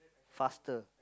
faster